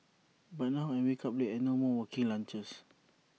but now I wake up late and no more working lunches